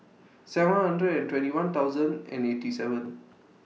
seven hundred and twenty one thousand and eighty seven